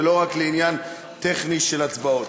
ולא רק לעניין טכני של הצבעות.